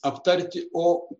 aptarti o